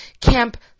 camp